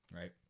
right